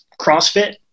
CrossFit